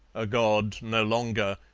a god no longer,